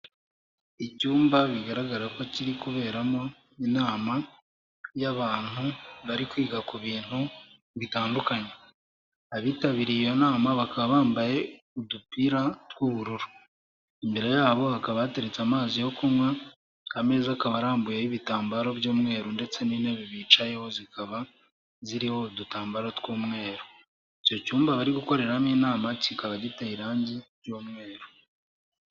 Icyumba bigaragara ko kiri kuberamo inama y'abantu bari kwiga ku bintu bitandukanye, abitabiriye iyo nama bakaba bambaye udupira tw'ubururu. Imbere yabo hakaba hateretse amazi yo kunywa, ameza akaba arambuyeho ibitambaro by'umweru ndetse n'intebe bicayeho zikaba ziriho udutambaro tw'umweru. Icyo cyumba bari gukoreramo inama kikaba giteye irangi ry'umweru.